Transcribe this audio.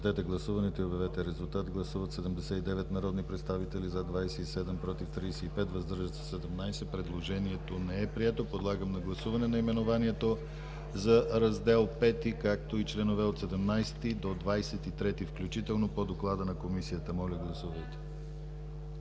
Моля, гласувайте. Гласували 79 народни представители: за 27, против 35, въздържали се 17. Предложението не е прието. Подлагам на гласуване наименованието на Раздел V, както и членове от 17 до 23 включително по доклада на Комисията. Моля, гласувайте.